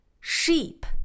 Sheep